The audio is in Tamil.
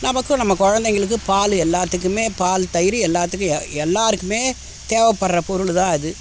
நமக்கும் நம்ம குழந்தைங்களுக்கு பால் எல்லாத்துக்குமே பால் தயிர் எல்லாத்துக்கும் எ எல்லோருக்குமே தேவைப்படுற பொருள் தான் அது